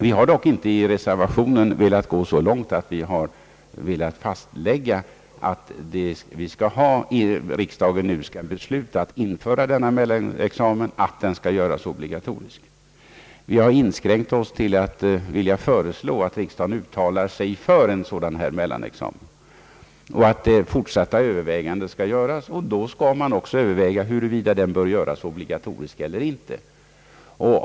Vi har dock i reservationen inte velat gå så långt som att riksdagen nu skall besluta att införa en mellanexamen och göra den obligatorisk. Vi har inskränkt oss till att föreslå att riksdagen uttalar sig för en mellanexamen. Fortsatta överväganden bör göras, och då får man också överväga om examen skall vara obligatorisk eller inte.